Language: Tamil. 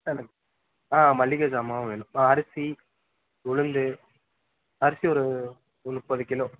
எனக் ஆ மளிக ஜாமாவும் வேணும் அரிசி உளுந்து அரிசி ஒரு ஒரு முப்பது கிலோ